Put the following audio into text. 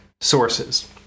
sources